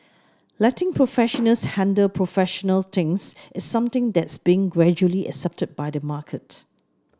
letting professionals handle professional things is something that's being gradually accepted by the market